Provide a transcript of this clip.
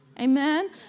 Amen